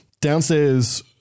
Downstairs